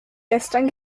gestern